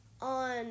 on